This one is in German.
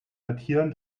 datieren